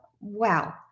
Wow